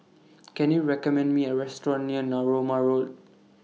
Can YOU recommend Me A Restaurant near Narooma Road